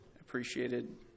appreciated